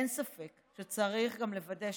אין ספק שגם צריך לוודא